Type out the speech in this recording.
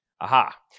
Aha